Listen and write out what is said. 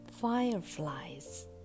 Fireflies